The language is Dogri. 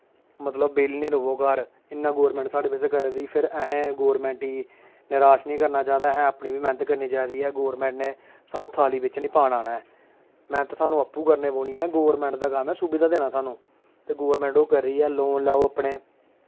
मतलब बेह्ले निं र'वो घर इ'न्ना गौरमेंट साढ़े बास्तै करा दी फिर असें गौरमेंट ई नराश निं करना चाहिदा असें अपनी बी मैह्नत करनी चाहिदी ऐ गौरमेंट ने सानूं थाली बिच निं पान आना ऐ मैह्नत सानूं आपूं करने पौनी ऐ गौरमेंट दा कम्म ऐ सुविधा देना सानूं ते गौरमेंट ओह् करा दी ऐ लोन लैओ अपने